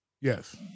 Yes